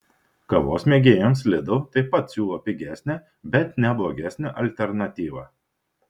kavos mėgėjams lidl taip pat siūlo pigesnę bet ne blogesnę alternatyvą